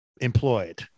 employed